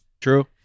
true